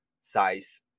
size